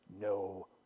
no